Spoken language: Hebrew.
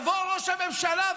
יבוא ראש הממשלה,